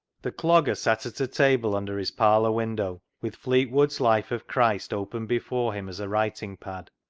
the clogger sat at a table under his parlour window with fleetwood's life of christ open before him as a writing-pad,